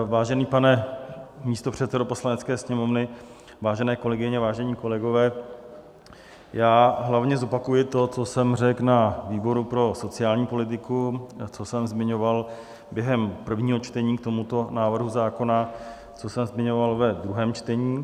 Vážený pane místopředsedo Poslanecké sněmovny, vážené kolegyně, vážení kolegové, já hlavně zopakuji to, co jsem řekl na výboru pro sociální politiku, co jsem zmiňoval během prvního čtení k tomuto návrhu zákona, co jsem zmiňoval ve druhém čtení.